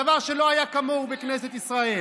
דבר שלא היה כמוהו בכנסת ישראל.